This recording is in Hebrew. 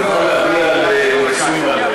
--- יוכל להגיע למיצוי מלא,